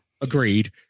agreed